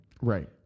Right